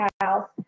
house